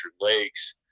lakes